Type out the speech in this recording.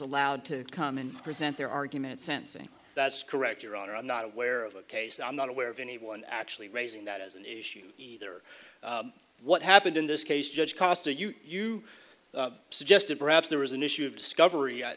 allowed to come in and present their argument sensing that's correct your honor i'm not aware of a case i'm not aware of anyone actually raising that as an issue either what happened in this case judge cause to you you suggested perhaps there was an issue of discovery